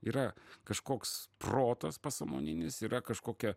yra kažkoks protas pasąmoninis yra kažkokia